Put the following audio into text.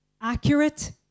accurate